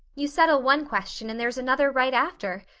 you settle one question and there's another right after.